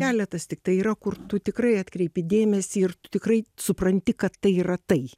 keletas tik tai yra kur tu tikrai atkreipi dėmesį ir tu tikrai supranti kad tai yra tai